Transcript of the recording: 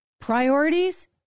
priorities